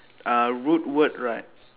uh root word right